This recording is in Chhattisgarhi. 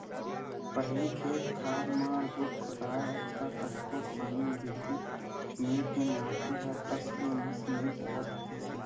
पहिली खेत खार म रूख राहय त कतको पानी गिरतिस मेड़ के माटी ह टस ले मस नइ होवत रिहिस हे